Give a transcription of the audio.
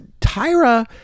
Tyra